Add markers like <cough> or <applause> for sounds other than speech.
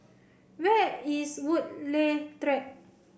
where is Woodleigh <unintelligible>